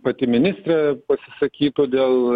pati ministrė pasisakytų dėl